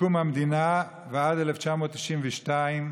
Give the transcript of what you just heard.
מקום המדינה ועד 1992,